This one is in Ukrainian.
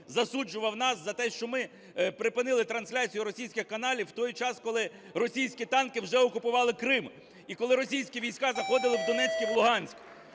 засуджував нас за те, що ми припинили трансляцію російських каналів в той час, коли російські танки вже окупували Крим і коли російські війська заходили в Донецьк і в Луганськ!